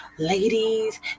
ladies